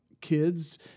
kids